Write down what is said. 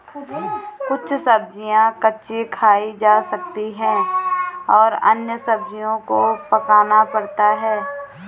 कुछ सब्ज़ियाँ कच्ची खाई जा सकती हैं और अन्य सब्ज़ियों को पकाना पड़ता है